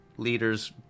Leaders